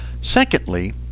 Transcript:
Secondly